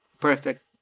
perfect